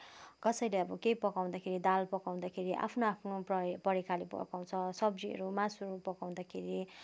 कसैले अब केही पकाउँदाखेरि दाल पकाउँदाखेरि आफ्नो आफ्नो परि परिकारले पकाउँछ सब्जीहरू मासुहरू पकाउँदाखेरि